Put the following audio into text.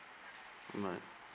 goodbye